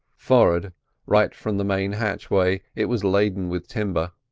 forward right from the main hatchway it was laden with timber.